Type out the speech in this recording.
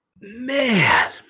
Man